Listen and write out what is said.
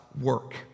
work